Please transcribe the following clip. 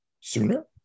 sooner